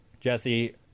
Jesse